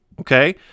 Okay